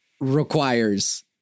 requires